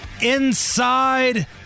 inside